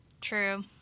True